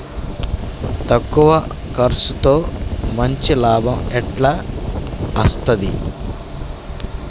తక్కువ కర్సుతో మంచి లాభం ఎట్ల అస్తది?